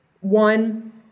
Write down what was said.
One